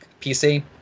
PC